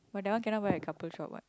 but that one cannot wear at couple shop what